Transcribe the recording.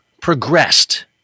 progressed